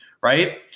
right